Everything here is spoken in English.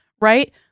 right